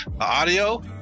audio